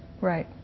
Right